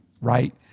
right